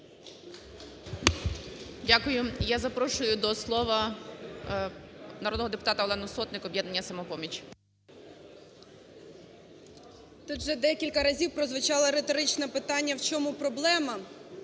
Дякую. Я запрошую до слова народного депутата Олену Сотник, об'єднання "Самопоміч". 12:58:40 СОТНИК О.С. Тут вже декілька разів прозвучало риторичне питання: в чому проблема?